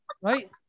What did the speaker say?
right